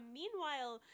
meanwhile